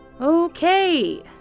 Okay